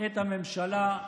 את הממשלה,